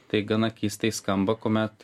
tai gana keistai skamba kuomet